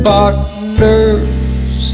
Partners